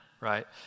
right